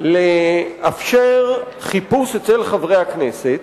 לאפשר חיפוש אצל חברי הכנסת,